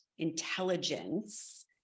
intelligence